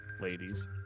ladies